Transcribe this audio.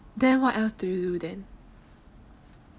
then what else do you do then